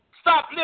stop